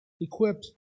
equipped